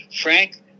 frank